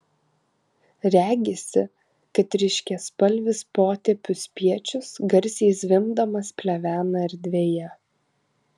regisi kad ryškiaspalvis potėpių spiečius garsiai zvimbdamas plevena erdvėje